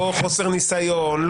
לא חוסר ניסיון,